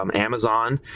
um amazon,